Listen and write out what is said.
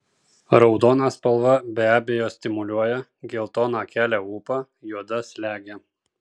raudona spalva be abejo stimuliuoja geltona kelia ūpą juoda slegia